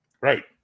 Right